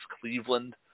Cleveland